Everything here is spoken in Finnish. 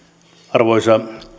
arvoisa